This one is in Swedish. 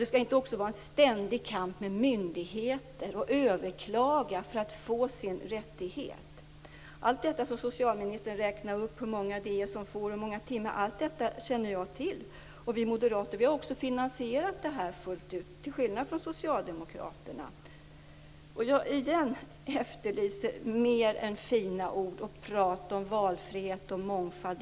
Det skall inte heller behöva vara en ständig kamp med myndigheter och överklaganden för att man skall få sin rättighet. Allt detta som socialministern räknar upp, dvs. hur många det är som får ersättning och hur många timmar det gäller, känner jag till. Vi moderater har också finansierat detta fullt ut, till skillnad från socialdemokraterna. Återigen efterlyser jag mer än fina ord och prat om valfrihet och mångfald.